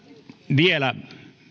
vielä